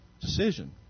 decision